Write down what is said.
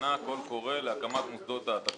כבר גילינו הרבה פעמים שהיה אישור וזה התבטל אחר כך,